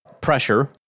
pressure